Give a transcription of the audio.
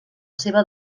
seva